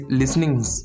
listening's